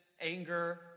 anger